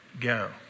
go